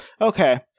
Okay